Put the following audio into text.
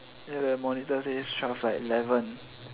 the monitor says twelve like eleven